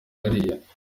hariya